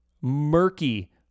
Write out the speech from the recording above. murky